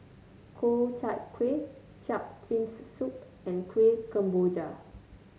Ku Chai Kuih shark's fin soup and Kueh Kemboja